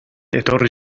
etorri